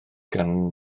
gan